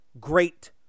great